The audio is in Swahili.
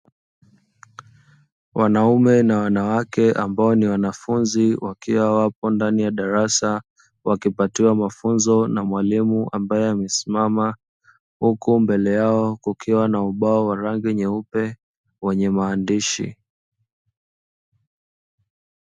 Wanaume na wanawake ambao ni wanafunzi wakiwa wapo ndani ya darasa, wakipatiwa mafunzo na mwalimu ambaye amesimama, huku mbele yao kukiwa na ubao wa rangi nyeupe wenye maandishi.